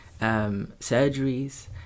surgeries